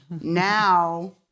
now